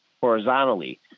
horizontally